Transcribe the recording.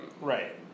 Right